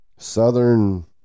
Southern